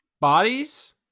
bodies